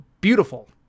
beautiful